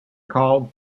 called